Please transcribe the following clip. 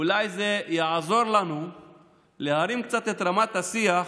אולי זה יעזור לנו להרים קצת את רמת השיח